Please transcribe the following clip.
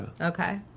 Okay